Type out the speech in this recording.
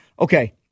okay